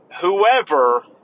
whoever